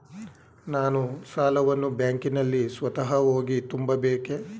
ನಾನು ಸಾಲವನ್ನು ಬ್ಯಾಂಕಿನಲ್ಲಿ ಸ್ವತಃ ಹೋಗಿ ತುಂಬಬೇಕೇ?